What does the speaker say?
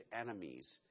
enemies